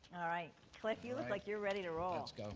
cliff, you look like you're ready to roll.